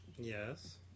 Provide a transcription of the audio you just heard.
Yes